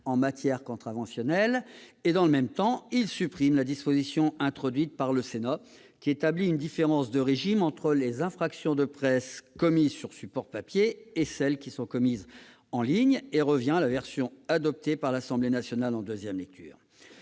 en matière contraventionnelle. Dans le même temps, il supprime la disposition, introduite par le Sénat, qui établit une différence de régime entre les infractions de presse qui sont commises sur support papier et celles qui sont commises en ligne. Sur ce point, la commission a retenu la version adoptée par l'Assemblée nationale en deuxième lecture.